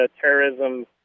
terrorism